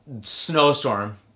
snowstorm